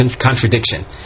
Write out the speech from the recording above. contradiction